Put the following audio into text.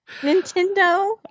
Nintendo